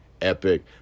epic